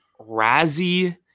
Razzie